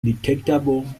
detectable